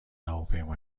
هواپیما